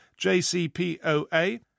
JCPOA